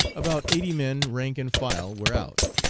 about eighty men rank and file were out.